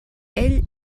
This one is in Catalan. ell